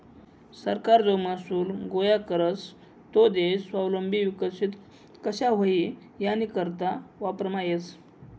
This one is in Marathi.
सरकार जो महसूल गोया करस तो देश स्वावलंबी विकसित कशा व्हई यानीकरता वापरमा येस